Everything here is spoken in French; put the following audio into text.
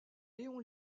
léon